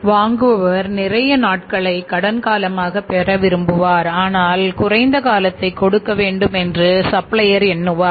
வாங்குபவர் நிறைய நாட்களை கடன் காலமாக பெற விரும்புவார்ஆனால் குறைந்த காலத்தை கொடுக்க வேண்டும் என்று சப்ளையர் எண்ணுவார்